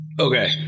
Okay